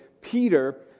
Peter